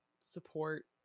support